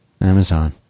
Amazon